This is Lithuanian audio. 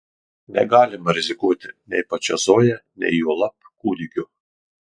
negalima rizikuoti nei pačia zoja nei juolab kūdikiu